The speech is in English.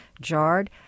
jarred